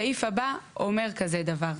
הסעיף הבא אומר כזה דבר,